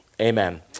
Amen